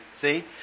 see